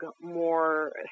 more